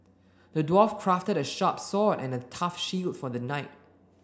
the dwarf crafted a sharp sword and a tough shield for the knight